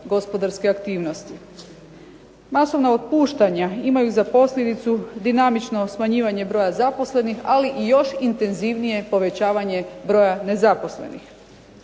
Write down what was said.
gospodarske aktivnosti. Masovna otpuštanja imaju za posljedicu dinamično smanjivanje broja zaposlenih, ali i još intenzivnije povećavanje broja nezaposlenih.